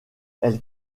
elle